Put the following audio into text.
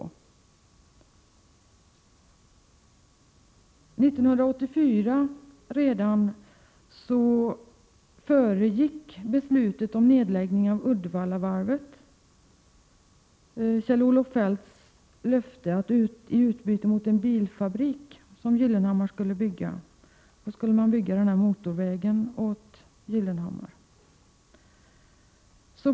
Redan 1984 föregick beslutet om nedläggning av Uddevallavarvet Kjell-Olof Feldts löfte att i utbyte mot en bilfabrik, som Gyllenhammar skulle bygga, skulle motorvägen byggas åt Gyllenhammar.